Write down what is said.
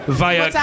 via